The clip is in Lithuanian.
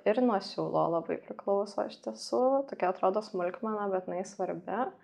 ir nuo siūlo labai priklauso iš tiesų tokia atrodo smulkmena bet na ji svarbi